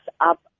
up